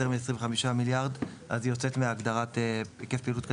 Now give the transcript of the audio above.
מ-25 מיליארד באותו רגע היא יוצאת מההגדרה "היקף פעילות קטן".